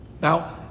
now